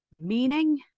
meaning